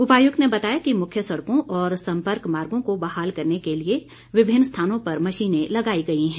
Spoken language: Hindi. उपायुक्त ने बताया कि मुख्य सड़कों और सम्पर्क मार्गों को बहाल करने के लिए विभिन्न स्थानों पर मशीनें लगाई गई हैं